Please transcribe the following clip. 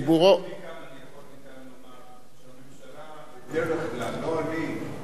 ותועבר להכנתה לקריאה שנייה ושלישית לוועדת העבודה,